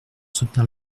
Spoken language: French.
soutenir